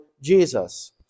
Jesus